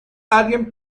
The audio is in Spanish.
alguien